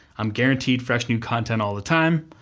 i'm guaranteed fresh new content all the time,